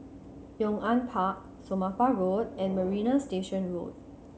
Yong An Park Somapah Road and Marina Station Road